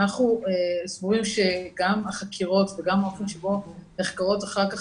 אנחנו סבורים שגם החקירות וגם האופן שבו נחקרות אחר כך